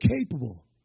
capable